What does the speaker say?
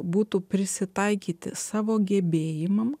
būtų prisitaikyti savo gebėjimam